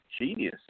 genius